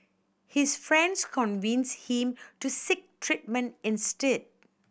his friends convinced him to seek treatment instead